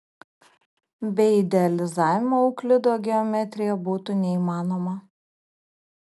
be idealizavimo euklido geometrija būtų neįmanoma